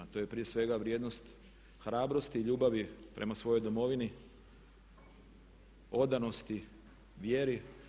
To je prije svega vrijednost hrabrosti i ljubavi prema svojoj Domovini, odanosti, vjeri.